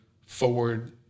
forward